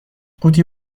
قوطی